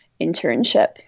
internship